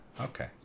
Okay